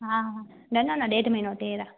हा हा न न न ॾेढ महीनो ॾेढ आहे